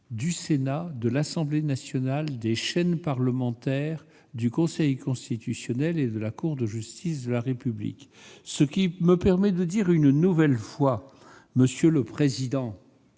du Sénat, de l'Assemblée nationale, des chaînes parlementaires, du Conseil constitutionnel et de la Cour de justice de la République. Cela me permet une nouvelle fois, monsieur le président-